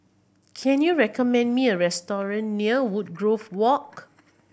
can you recommend me a restaurant near Woodgrove Walk